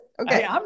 Okay